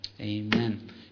Amen